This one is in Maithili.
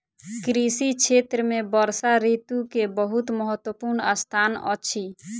कृषि क्षेत्र में वर्षा ऋतू के बहुत महत्वपूर्ण स्थान अछि